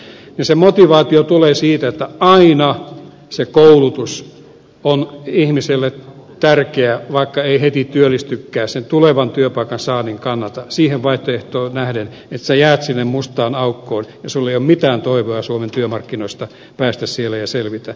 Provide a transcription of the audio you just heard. se motivaatio tulee siitä että aina se koulutus on ihmiselle tärkeä vaikka ei heti työllistykään sen tulevan työpaikan saannin kannalta siihen vaihtoehtoon nähden että jäät sinne mustaan aukkoon ja sinulla ei ole mitään toivoa päästä suomen työmarkkinoille ja selvitä